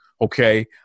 okay